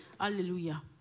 Hallelujah